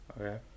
Okay